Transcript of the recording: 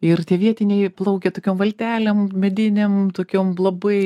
ir tie vietiniai plaukė tokiom valtelėm medinėm tokiom labai